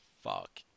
fuck